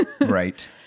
Right